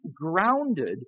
grounded